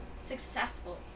successful